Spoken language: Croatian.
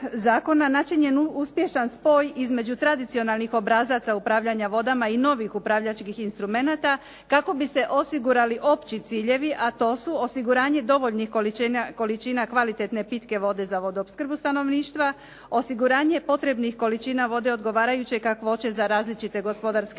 načinjen uspješan spoj između tradicionalnih obrazaca upravljanja vodama i novih upravljačkih instrumenata kako bi se osigurali opći ciljevi, a to su osiguranje dovoljnih količina kvalitetne pitke vode za vodoopskrbu stanovništva, osiguranja potrebnih količina vode odgovarajuće kakvoće za različite gospodarske